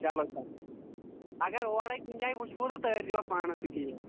چلو سر اگر اورے کُنہِ جایہِ وُچھوٕ تہٕ تٲرۍزیٚوکھ پانس سۭتی حظ